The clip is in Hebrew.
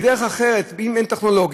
בדרך אחרת, אם אין טכנולוגיה,